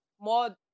more